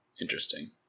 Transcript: Interesting